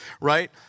right